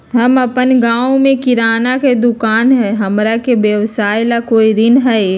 हमर अपन गांव में किराना के दुकान हई, हमरा के व्यवसाय ला कोई ऋण हई?